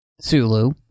Sulu